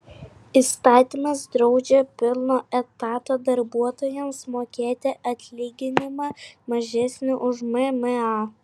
įstatymas draudžia pilno etato darbuotojams mokėti atlyginimą mažesnį už mma